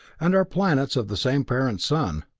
and are planets of the same parent sun.